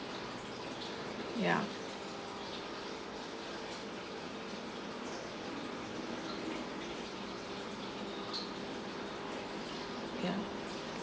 yeah ya